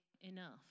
enough